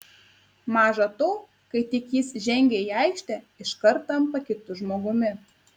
maža to kai tik jis žengia į aikštę iškart tampa kitu žmogumi